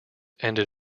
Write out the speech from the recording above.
ended